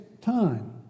time